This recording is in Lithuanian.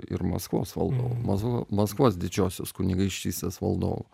ir maskvos valdovu maskvos didžiosios kunigaikštystės valdovu